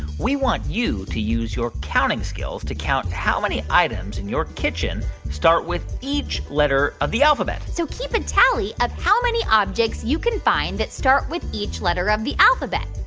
we want you to use your counting skills to count how many items in your kitchen start with each letter of the alphabet so keep a tally of how many objects you can find that start with each letter of the alphabet.